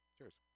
Cheers